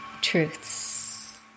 truths